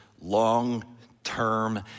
long-term